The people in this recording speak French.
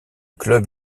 club